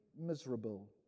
miserable